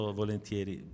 volentieri